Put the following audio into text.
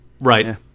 right